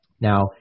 Now